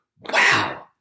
wow